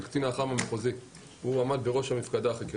זה קצין האח"מ המחוזי שעמד בראש המפקדה החקירתית.